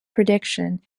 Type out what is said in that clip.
prediction